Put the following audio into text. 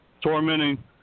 tormenting